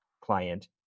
client